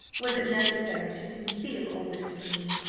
was it necessary to conceal all this from me?